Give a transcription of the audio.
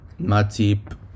Matip